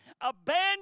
abandon